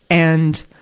and,